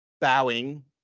bowing